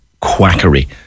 quackery